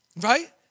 right